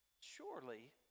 Surely